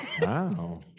wow